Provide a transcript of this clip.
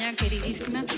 queridísima